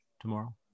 tomorrow